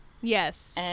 Yes